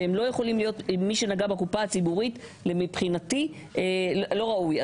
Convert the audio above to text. מי שנגע בקופה הציבורית, מבחינתי לא ראוי.